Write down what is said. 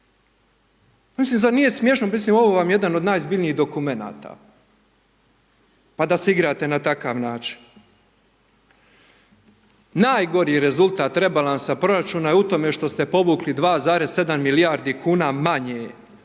mislim, zar nije smiješno, mislim ovo vam je jedan od najozbiljnijih dokumenata, pa da se igrate na takav način. Najgori rezultat rebalansa proračuna je u tome što ste povukli 2,7 milijardi kuna manje